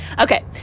Okay